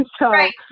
Right